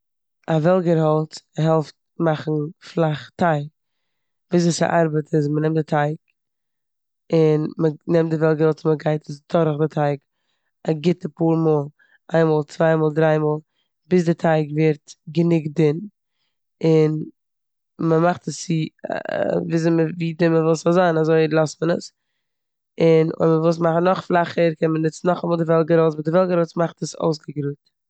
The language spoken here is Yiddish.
א וועלגער האלץ העלפט מאכן פלאך טייג. וויאזוי ס'ארבעט איז מ'נעמט די טייג און מ'נעמט די וועלגערהאלץ, מ'גייט עס דורך די טייג א גוטע פאר מאל, איין מאל צוויי מאל דריי מאל, ביז די טייג ווערט גענוג דין און מ'מאכט עס צו וויאזוי- ווי דין מ'וויל ס'זאל זיין אזוי לאזט מען עס און אויב מ'וויל עס מאכן נאך פלאכער קען מען נוצן די וועלגער האלץ באט די וועלגערהאלץ מאכט עס אויסגעגראדט.